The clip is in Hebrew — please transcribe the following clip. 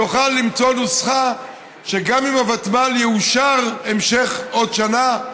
יוכל למצוא נוסחה שגם אם יאושר לוותמ"ל המשך של עוד שנה,